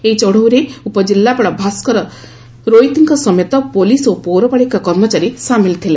ଏହି ଚଚାଉରେ ଉପଜିଲ୍ଲାପାଳ ଭାସ୍କର ରୋଇତଙ୍କ ସମେତ ପୁଲିସ ଓ ପୌରପାଳିକା କର୍ମଚାରୀ ସାମିଲ ଥିଲେ